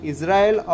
Israel